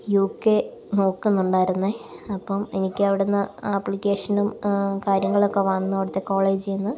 U K നോക്കുന്നുണ്ടായിരുന്നേ അപ്പം എനിക്ക് അവിടുന്ന് ആപ്ലിക്കേഷനും കാര്യങ്ങളൊക്കെ വന്നു അവിടത്തെ കോളേജിൽ നിന്ന്